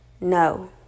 No